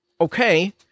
okay